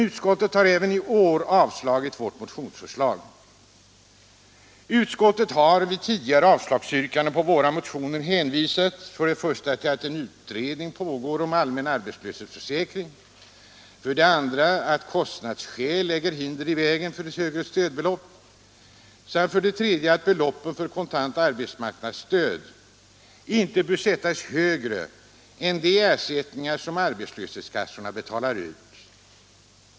Utskottet har även i år avstyrkt vårt motionsförslag. Vid tidigare yrkanden om avslag på våra motioner har utskottet hänvisat till för det första att en utredning om allmän arbetslöshetsförsäkring pågår, för det andra att kostnadsskäl lägger hinder i vägen för ett högre stödbelopp samt för det tredje att beloppen för kontant arbetsmarknadsstöd inte bör sättas högre än de ersättningar som arbetslöshetskassorna betalar ut.